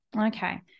Okay